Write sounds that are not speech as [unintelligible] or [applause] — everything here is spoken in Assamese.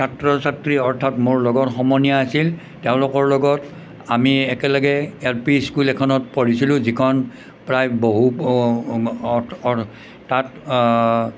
ছাত্ৰ ছাত্ৰী অৰ্থাৎ মোৰ লগৰ সমনীয়া আছিল তেওঁলোকৰ লগত আমি একেলগে এল পি স্কুল এখনত পঢ়িছিলোঁ যিখন প্ৰায় [unintelligible] তাত